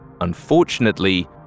Unfortunately